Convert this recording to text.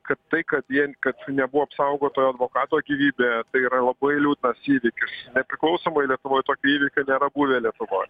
kad tai kad jie kad nebuvo apsaugota advokato gyvybė tai yra labai liūdnas įvykis nepriklausomoj lietuvoj tokio įvykio nėra buvę lietuvoj